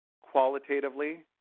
qualitatively